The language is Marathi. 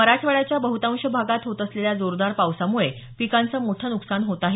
मराठवाड्याच्या बहतांश भागात होत असलेल्या जोरदार पावसामुळे पिकांचं मोठं नुकसान होत आहे